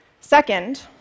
Second